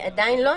עדיין לא.